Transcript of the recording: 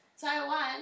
Taiwan